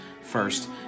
first